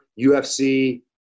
UFC